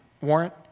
Warrant